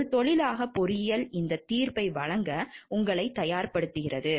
ஒரு தொழிலாக பொறியியல் இந்த தீர்ப்பை வழங்க உங்களை தயார்படுத்துகிறது